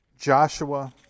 Joshua